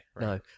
no